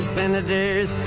senators